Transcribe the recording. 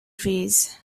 trees